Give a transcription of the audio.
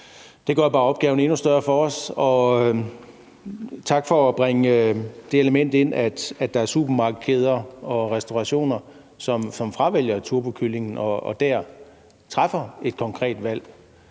Det gør bare opgaven for os endnu større. Og tak for at bringe det element ind, at der er supermarkedskæder og restaurationer, som fravælger turbokyllinger og dér træffer et konkret valg.